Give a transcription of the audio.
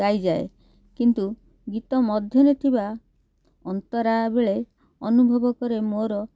ଗାଇଯାଏ କିନ୍ତୁ ଗୀତ ମଧ୍ୟରେ ଥିବା ଅନ୍ତରା ବେଳେ ଅନୁଭବ କରେ ମୋର